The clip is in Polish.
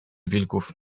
wilków